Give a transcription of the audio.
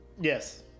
Yes